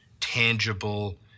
tangible